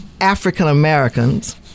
African-Americans